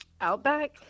Outback